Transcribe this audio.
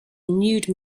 nude